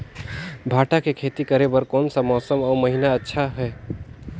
भांटा के खेती करे बार कोन सा मौसम अउ महीना अच्छा हे?